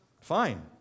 fine